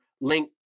link